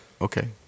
okay